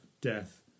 death